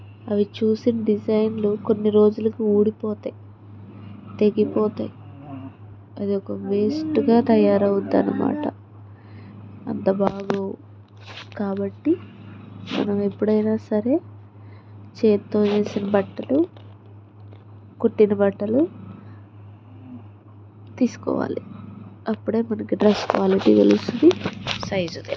అవి చూసి డిజైన్లు కొన్ని రోజులకు ఊడిపోతాయి తెగిపోతాయి అది ఒక వేస్ట్గా తయారు అవుతుంది అనమాట అంత బాగోవు కాబట్టి మనం ఎప్పుడైనా సరే చేతితో చేసిన బట్టలు కుట్టిన బట్టలు తీసుకోవాలి అప్పుడే మనకు డ్రస్ క్వాలిటీ తెలుస్తుంది సైజు తెలుస్తుంది